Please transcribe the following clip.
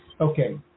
Okay